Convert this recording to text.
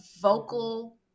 vocal